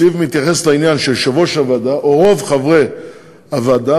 הסעיף מתייחס לזה שיושב-ראש הוועדה או רוב חברי הוועדה